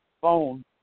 phone